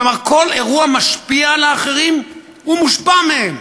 כלומר, כל אירוע משפיע על האחרים ומושפע מהם.